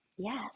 yes